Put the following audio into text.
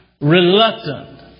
reluctant